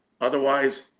Otherwise